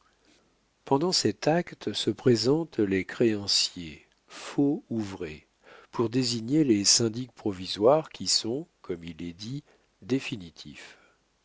pendant cet acte se présentent les créanciers faux ou vrais pour désigner les syndics provisoires qui sont comme il est dit définitifs